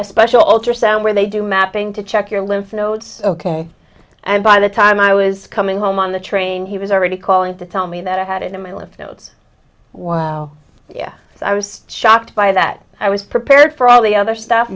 a special ultrasound where they do mapping to check your lymph nodes ok and by the time i was coming home on the train he was already calling to tell me that i had in the middle of nodes wow yeah i was shocked by that i was prepared for all the other stuff